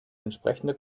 entsprechende